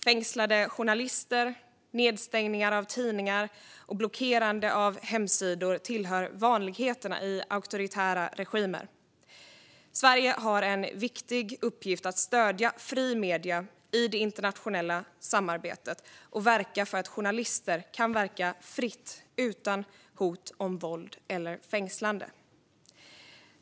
Fängslade journalister, nedstängningar av tidningar och blockerande av hemsidor tillhör vanligheterna i auktoritära regimer. Sverige har en viktig uppgift att stödja fria medier i det internationella samarbetet och verka för att journalister kan verka fritt utan hot om våld eller fängslande.